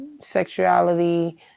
sexuality